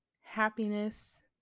happiness